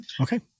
Okay